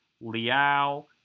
Liao